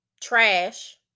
trash